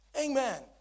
Amen